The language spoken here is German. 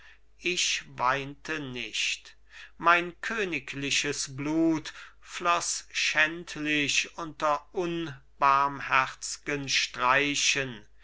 ich weinte nicht mein königliches blut floß schändlich unter unbarmherzgen streichen